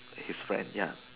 his friend ya